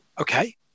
Okay